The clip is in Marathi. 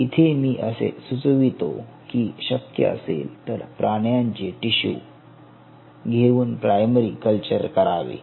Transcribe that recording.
इथे मी असे सुचवितो की शक्य असेल तर प्राण्यांचे टिशू घेऊन प्रायमरी कल्चर करावे